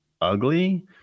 ugly